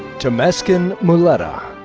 temesgen muleta.